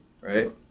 right